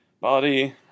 body